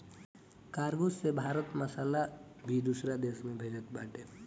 cargo से भारत मसाला भी दूसरा देस में भेजत बाटे